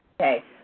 okay